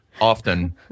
often